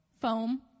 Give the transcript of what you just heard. foam